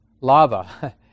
lava